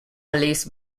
alice